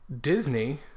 Disney